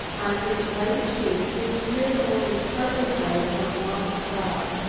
on his right cheek his beard only partly hides a long scar.